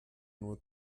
nur